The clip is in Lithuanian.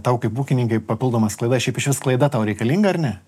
tau kaip ūkininkui papildoma sklaida šiaip išvis sklaida tau reikalinga ar ne